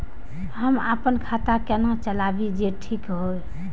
हम अपन खाता केना चलाबी जे ठीक होय?